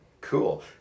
cool